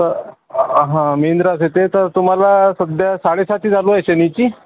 तर हां मीन रास येते तर तुम्हाला सध्या साडेसाती चालूए शनीची